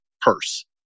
purse